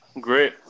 Great